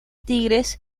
tigres